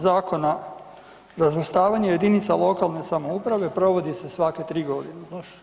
Zakona o razvrstavanju jedinica lokalne samouprave, provodi se svake 3 godine.